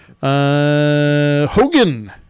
Hogan